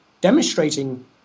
demonstrating